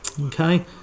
Okay